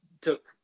took